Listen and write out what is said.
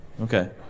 Okay